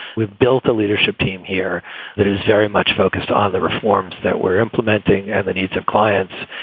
we've built a leadership team here that is very much focused on the reforms that we're implementing, and the needs of clients.